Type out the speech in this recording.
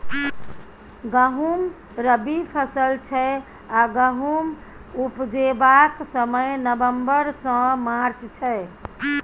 गहुँम रबी फसल छै आ गहुम उपजेबाक समय नबंबर सँ मार्च छै